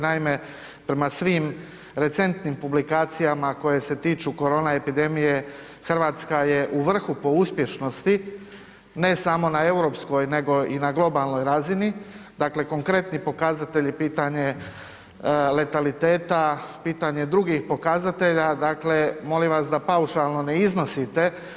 Naime, prema svim recentnim publikacijama koje se tiču korona epidemije Hrvatska je u vrhu po uspješnosti, ne samo na europskoj nego i na globalnoj razini, dakle konkretni pokazatelji pitanje je letaliteta, pitanje drugih pokazatelja, dakle molim vas da paušalno ne iznosite.